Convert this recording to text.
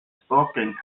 stalking